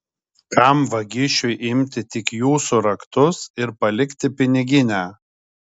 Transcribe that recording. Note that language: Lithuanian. kam vagišiui imti tik jūsų raktus ir palikti piniginę